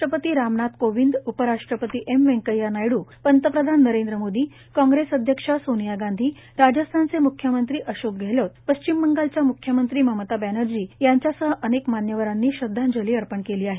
राष्ट्रपती रामनाथ कोविंद उपराष्ट्रपती एम व्यंकऱ्या नायड़ पंतप्रधान नरेंद्र मोदी काँग्रेस अध्यक्ष सोनिया गांधी राजस्थानचे म्ख्यमंत्री अशोक गहलोत पश्चिम बंगालच्या म्ख्यमंत्री ममता बॅनर्जी यांच्यासह अनेक मान्यवरांनी श्रदधांजली अर्पण केली आहे